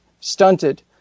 stunted